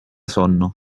sonno